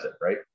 right